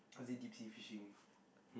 or is it deep sea fishing